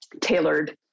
tailored